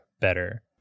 better